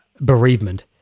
bereavement